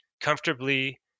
comfortably